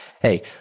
hey